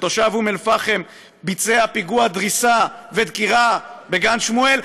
כשתושב אום אלפחם ביצע פיגוע דריסה ודקירה בגן שמואל.